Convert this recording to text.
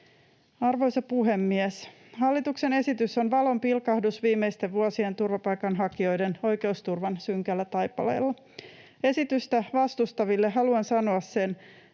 Arvoisa puhemies! Hallituksen esitys on valonpilkahdus viimeisten vuosien turvapaikanhakijoiden oikeusturvan synkällä taipaleella. Esitystä vastustaville haluan sanoa sen,